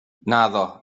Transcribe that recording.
naddo